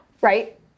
right